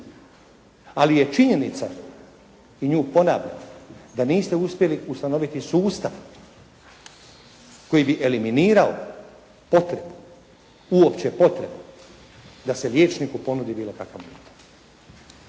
Ali je činjenica, i nju ponavljam, da niste uspjeli ustanoviti sustav koji bi eliminirao potrebu, uopće potrebu da se liječniku ponudi bilo kakvo mito.